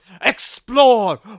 explore